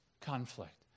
conflict